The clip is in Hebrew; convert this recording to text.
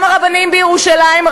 גם הרבנים בירושלים,